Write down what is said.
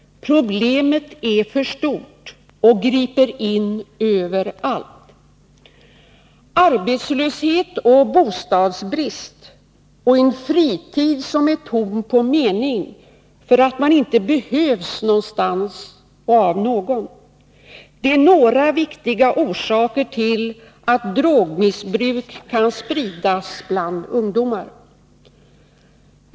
Problemet är för stort och griper in överallt. Arbetslöshet, bostadsbrist och en fritid som är tom på mening för att man inte behövs någonstans och av någon är några viktiga orsaker till att drogmissbruk kan spridas bland ungdomar.